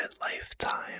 lifetime